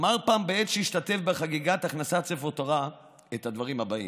אמר פעם בעת שהשתתף בחגיגת הכנסת ספר תורה את הדברים הבאים: